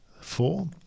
Four